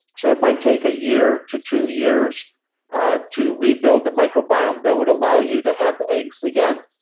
so it might take a year to two years ah to rebuild the microbiome that would allow you to have eggs again,